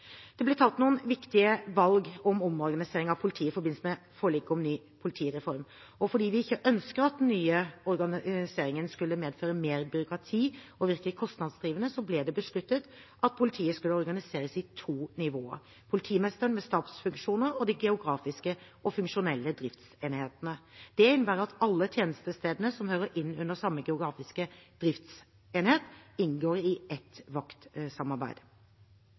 Det ble tatt noen viktige valg om omorganisering av politiet i forbindelse med forliket om ny politireform, og fordi vi ikke ønsket at den nye organiseringen skulle medføre mer byråkrati og virke kostnadsdrivende, ble det besluttet at politiet skulle organiseres i to nivåer: politimesteren med stabsfunksjoner og de geografiske og funksjonelle driftsenhetene. Det innebærer at alle tjenestestedene som hører inn under samme geografiske driftsenhet, inngår i ett vaktsamarbeid.